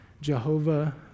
Jehovah